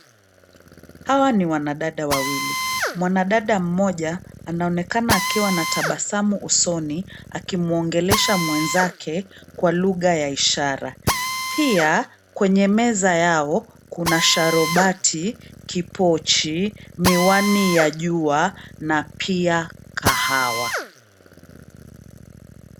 Hawa ni wanadada wawili, mwanadada mmoja anaonekana akiwa na tabasamu usoni akimuongelesha mwenzake kwa lugha ya ishara. Pia kwenye meza yao kuna sharobati, kipochi, miwani ya jua na pia kahawa.